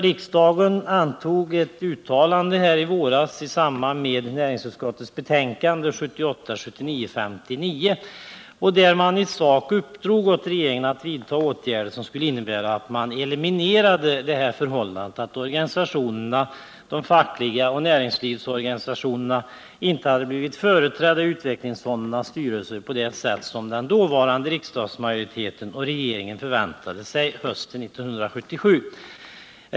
Riksdagen gjorde i våras ett uttalande i samband med behandlingen av näringsutskottets betänkande 1978/79:59. Det betyder i sak att riksdagen uppdrog åt regeringen att vidta åtgärder som skulle innebära att man eliminerade förhållandet att de fackliga organisationerna och näringslivsorganisationerna inte hade blivit företrädda i utvecklingsfondernas styrelser på det sätt som riksdagsmajoriteten och regeringen förväntade sig hösten 1977.